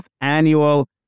annual